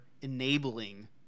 enabling